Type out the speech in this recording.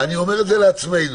זה לעצמנו.